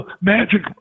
Magic